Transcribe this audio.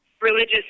religious